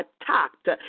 attacked